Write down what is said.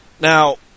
Now